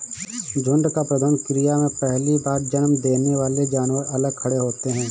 झुंड का प्रबंधन क्रिया में पहली बार जन्म देने वाले जानवर अलग खड़े होते हैं